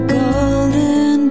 golden